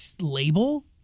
label